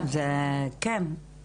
כן.